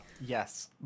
Yes